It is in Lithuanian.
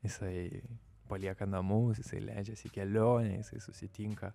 jisai palieka namus jisai leidžiasi į kelionę jisai susitinka